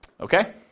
okay